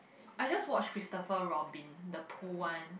I just watched Christopher Robin the pool one